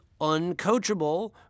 uncoachable